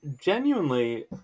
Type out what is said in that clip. genuinely